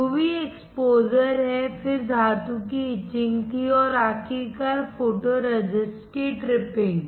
UV exposure है फिर धातु की इचिंगथी और आखिरकार फोटोरेसिस्ट की ट्रिपिंग